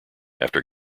after